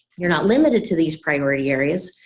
you're not limited to these priority areas.